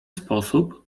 sposób